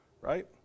right